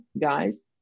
guys